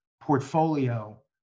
portfolio